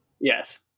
Yes